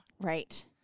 Right